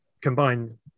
combine